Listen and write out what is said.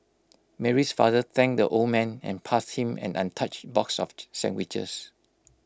Mary's father thanked the old man and passed him an untouched box of the sandwiches